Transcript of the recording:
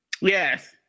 Yes